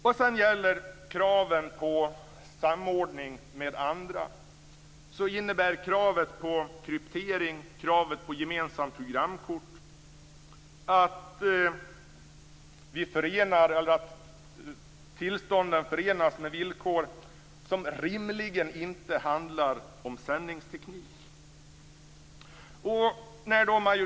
Vad sedan gäller kravet på samordning med andra kan jag säga att kravet på kryptering och kravet på gemensamt programkort innebär att tillstånden förenas med villkor som rimligen inte handlar om sändningsteknik.